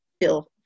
feel